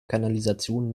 kanalisation